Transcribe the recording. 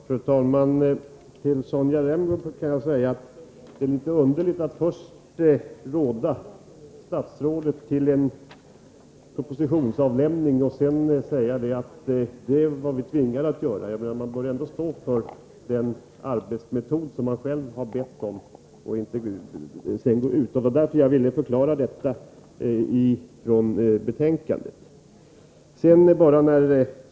Fru talman! Till Sonja Rembo kan jag säga att det är litet underligt att först råda statsrådet till en propositionsavlämning och sedan säga att det var vi tvingade att göra. Man bör stå för den arbetsmetod som man själv har bett om. Jag vill förklara detta med utgångspunkt i betänkandet.